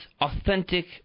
authentic